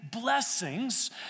blessings